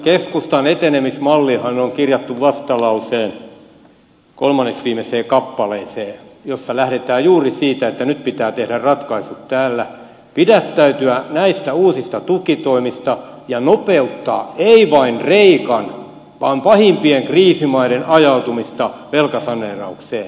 keskustan etenemismallihan on kirjattu vastalauseen kolmanneksi viimeiseen kappaleeseen jossa lähdetään juuri siitä että nyt pitää tehdä ratkaisut täällä pidättäytyä näistä uusista tukitoimista ja nopeuttaa ei vain kreikan vaan pahimpien kriisimaiden ajautumista velkasaneeraukseen